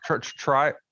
try